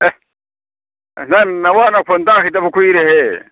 ꯑꯦ ꯅꯪ ꯅꯥꯋꯥ ꯅꯈꯣꯟ ꯇꯥꯈꯤꯗꯕ ꯀꯨꯏꯔꯦꯍꯦ